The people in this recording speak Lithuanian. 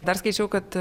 dar skaičiau kad